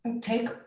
take